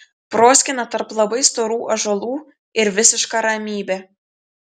proskyna tarp labai storų ąžuolų ir visiška ramybė